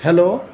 hello